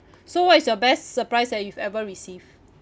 so what is your best surprise that you've ever receive